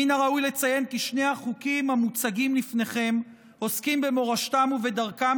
מן הראוי לציין כי שני החוקים המוצגים לפניכם עוסקים במורשתם ובדרכם